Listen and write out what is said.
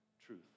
truth